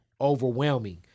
overwhelming